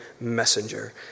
messenger